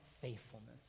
faithfulness